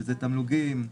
שזה תמלוגים,